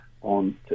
on